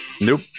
Nope